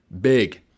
Big